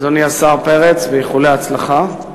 אדוני השר פרץ, ואיחולי הצלחה.